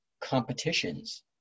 competitions